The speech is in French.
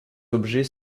objets